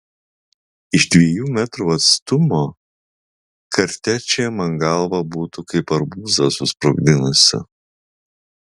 iš dviejų metrų atstumo kartečė man galvą būtų kaip arbūzą susprogdinusi